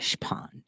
pond